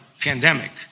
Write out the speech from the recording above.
pandemic